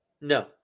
No